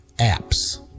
apps